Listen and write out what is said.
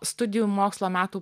studijų mokslo metų